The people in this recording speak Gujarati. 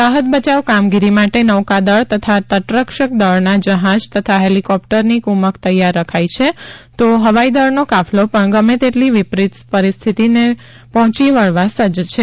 રાહત બચાવ કામગીરી માટે નૌકાદળ તથા તટરક્ષકદળના જ્હાજ તથા હેલિકોપ્ટરની ક્રમક તૈયાર રખાઇ છે તો હવાઇદળનો કાફલો પણ ગમે તેટલી વિપરીત પરિસ્થિતિને પહોંચી વળવા સજ્જ છે